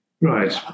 right